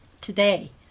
Today